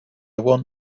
want